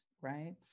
right